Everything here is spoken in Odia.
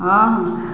ହଁ